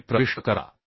हे प्रविष्ट करा